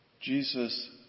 Jesus